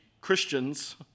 Christians